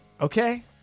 Okay